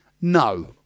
no